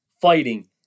fighting